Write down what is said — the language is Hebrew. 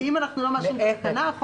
אם אנחנו לא מאשרים את התקנה,